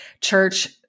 church